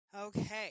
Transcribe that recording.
Okay